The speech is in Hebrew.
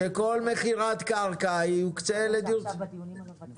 שבכל מכירת קרקע יוקצה אחוז לדיור הציבורי.